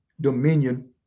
Dominion